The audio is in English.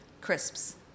crisps